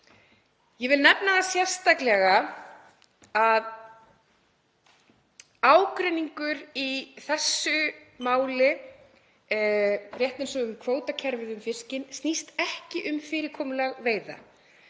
Ég vil nefna það sérstaklega að ágreiningur í þessu máli, rétt eins og um kvótakerfið, um fiskinn, snýst ekki um fyrirkomulag veiða.